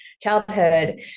childhood